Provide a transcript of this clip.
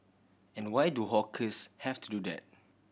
and why do hawkers have to do that